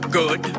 good